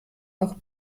noch